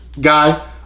guy